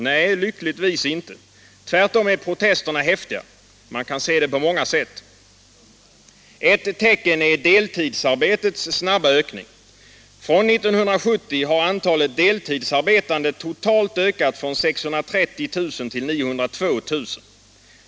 Nej, lyckligtvis inte. Tvärtom är protesterna häftiga. Man kan se det på många sätt. Ett tecken är deltidsarbetets snabba ökning. Från 1970 har antalet deltidsarbetande totalt ökat från 630 000 till 902 000.